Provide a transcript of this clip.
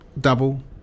double